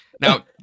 Now